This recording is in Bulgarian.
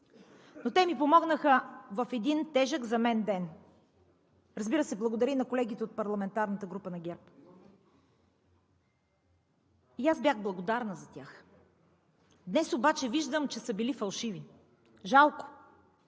но те ми помогнаха в един тежък за мен ден. Разбира се, благодаря и на колегите от парламентарната група на ГЕРБ. И аз бях благодарна за тях. Днес обаче виждам, че са били фалшиви. Жалко!